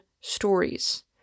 stories